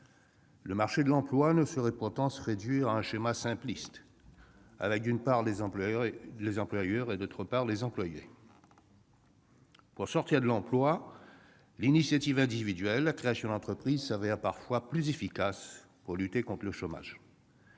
Le marché de l'emploi ne saurait pourtant se réduire à un schéma simpliste, avec, d'une part, les employeurs et, d'autre part, les employés. Le fait de sortir du salariat, par l'initiative individuelle, la création d'entreprise, s'avère parfois plus efficace pour lutter contre le chômage.